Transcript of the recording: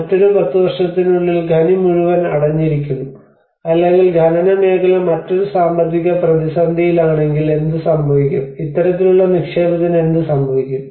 മറ്റൊരു 10 വർഷത്തിനുള്ളിൽ ഖനി മുഴുവൻ അടഞ്ഞിരിക്കുന്നു അല്ലെങ്കിൽ ഖനന മേഖല മറ്റൊരു സാമ്പത്തിക പ്രതിസന്ധിയിലാണെങ്കിൽ എന്തുസംഭവിക്കും ഇത്തരത്തിലുള്ള നിക്ഷേപത്തിന് എന്ത് സംഭവിക്കും